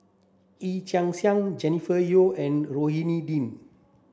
Yee Chia Hsing Jennifer Yeo and Rohani Din